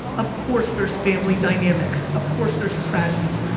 of course there's family dynamics. of course there's tragedies.